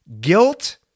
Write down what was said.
Guilt